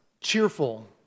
cheerful